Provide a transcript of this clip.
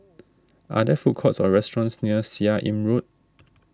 are there food courts or restaurants near Seah Im Road